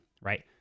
right